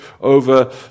over